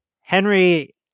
Henry